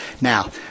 Now